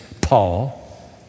Paul